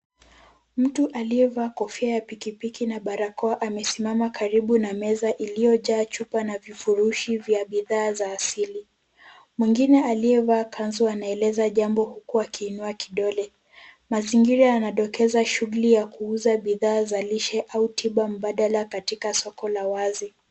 Mtu aliyevaa kofia ya pikipiki na barakoa amesimama karibu na meza iliyojaa chupa na vifurushi vya bidhaa za asili. Mwingine aliyevaa kanzu anaeleza jambo huku akiinua kidole. Inaonyesha mazingira yanadokeza shughuli ya kuuza bidhaa za lishe au tiba mbadala katika soko la wazi.